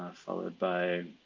followed by